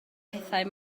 pethau